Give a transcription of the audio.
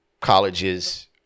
colleges